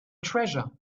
treasure